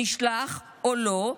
נשלח או לא.